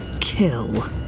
kill